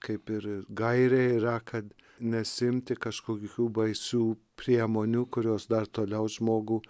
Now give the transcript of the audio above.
kaip ir ir gairė yra kad nesiimti kažkokių baisių priemonių kurios dar toliau žmogų